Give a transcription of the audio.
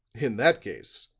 in that case,